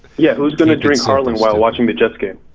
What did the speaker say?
yeah who's gonna drink harlan while watching the jets game?